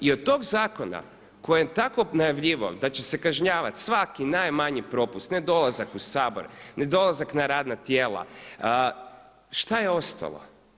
I od tog zakona koji je tako najavljivao da će se kažnjavati svaki najmanji propust, nedolazak u Sabor, nedolazak na radna tijela, što je ostalo?